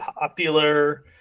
popular